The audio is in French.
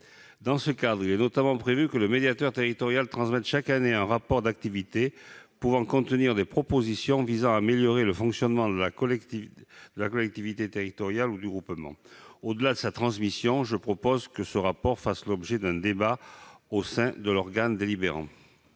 Dans ce cadre, il est notamment prévu que le médiateur territorial transmette chaque année un rapport d'activité pouvant contenir des propositions visant à améliorer le fonctionnement de la collectivité territoriale ou du groupement considéré. Au-delà, je propose que ce rapport fasse l'objet d'un débat au sein de l'organe délibérant.